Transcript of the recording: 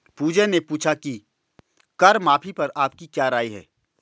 पूजा ने पूछा कि कर माफी पर आपकी क्या राय है?